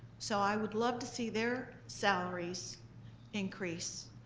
so i would love to see their salaries increase.